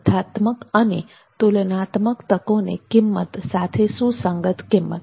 સ્પર્ધાત્મક અને તુલનાત્મક તકોને કિંમત સાથે સુસંગત કિંમત